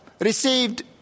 received